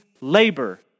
labor